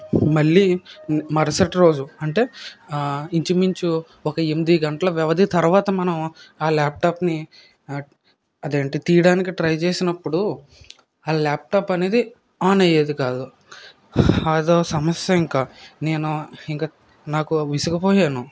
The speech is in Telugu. మళ్ళీ మరుసటి రోజు అంటే ఇంచుమించు ఒక ఎనిమిది గంటల వ్యవధి తర్వాత మనం ఆ ల్యాప్టాప్ని అదేంటి తీయడానికి ట్రై చేసినప్పుడు ఆ ల్యాప్టాప్ అనేది ఆన్ అయ్యేది కాదు అదో సమస్య ఇంకా నేను ఇంకా నాకు విసుగపోయాను